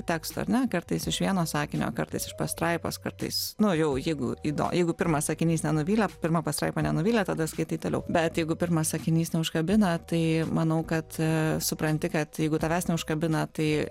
teksto ar ne kartais iš vieno sakinio kartais iš pastraipos kartais nu jau jeigu įdo jeigu pirmas sakinys nenuvylė pirma pastraipa nenuvylė tada skaitai toliau bet jeigu pirmas sakinys neužkabina tai manau kad supranti kad jeigu tavęs neužkabina tai